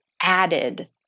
added